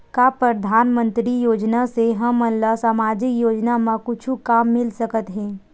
का परधानमंतरी योजना से हमन ला सामजिक योजना मा कुछु काम मिल सकत हे?